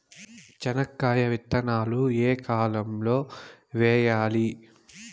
చెనక్కాయ విత్తనాలు ఏ కాలం లో వేయాలి?